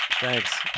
Thanks